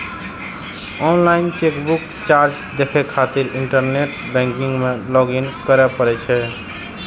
online chequebook charge देखै खातिर internet banking मे लॉग इन करै पड़ै छै